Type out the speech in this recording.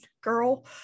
girl